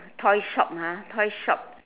toy shop ah toy shop